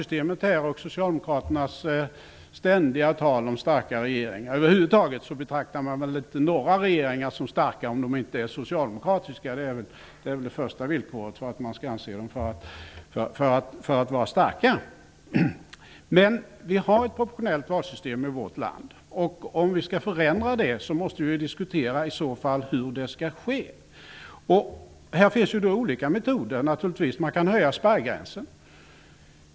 Socialdemokraterna talar ständigt om starkare regeringar. Man betraktar väl över huvud taget inte några regeringar som starka om de inte är socialdemokratiska. Det är väl det första villkoret för att en regering skall anses vara stark. Vi har dock ett proportionellt valsystem i vårt land. Om det skall förändras måste vi diskutera hur det skall ske. Det finns naturligtvis olika metoder. Man kan höja spärrgränsen.